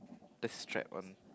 the strap on